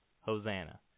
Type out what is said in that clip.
Hosanna